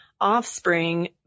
offspring